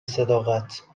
صداقت